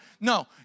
No